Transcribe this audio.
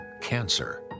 Cancer